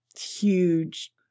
huge